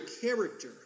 character